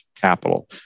capital